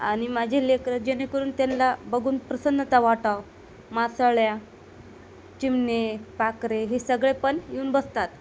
आणि माझे लेकरं जेणेकरून त्यांना बघून प्रसन्नता वाटावं मासाळ्या चिमणे पाखरे हे सगळे पण येऊन बसतात